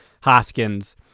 Hoskins